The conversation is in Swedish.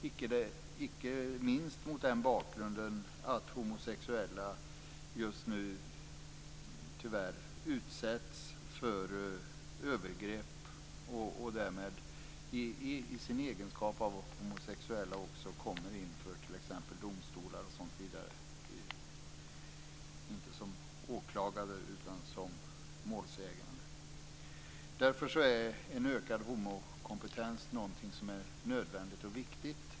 Det gäller icke minst mot den bakgrunden att homosexuella just nu, tyvärr, utsätts för övergrepp. Därmed kommer de i deras egenskap av homosexuella också inför domstolar och sådant, inte som åklagare utan som målsägande. Därför är en ökad homokompetens någonting som är nödvändigt och viktigt.